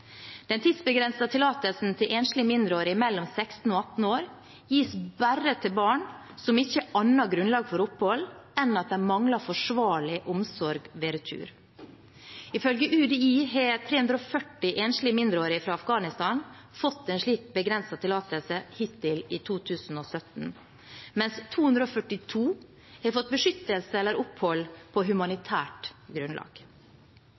Den tidsbegrensede tillatelsen til enslige mindreårige mellom 16 og 18 år gis bare til barn som ikke har annet grunnlag for opphold enn at de mangler forsvarlig omsorg ved retur. Ifølge UDI har 340 enslige mindreårige fra Afghanistan fått en slik begrenset tillatelse hittil i 2017, mens 242 har fått beskyttelse eller opphold på humanitært grunnlag.